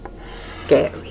scary